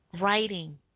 Writing